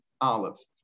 olives